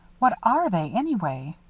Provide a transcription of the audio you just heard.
what are they, anyway?